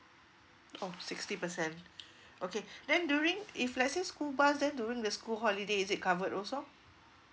oh sixty percent okay then during if let's say school bus then during the school holiday is it covered also